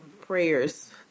Prayers